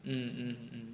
mm mm mm